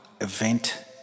event